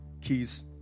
keys